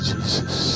Jesus